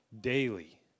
daily